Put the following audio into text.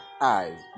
eyes